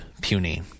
puny